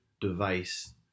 device